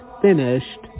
finished